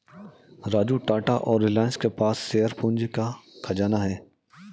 राजू टाटा और रिलायंस के पास शेयर पूंजी का खजाना है